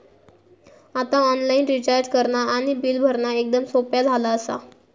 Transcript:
आता online recharge करणा आणि बिल भरणा एकदम सोप्या झाला आसा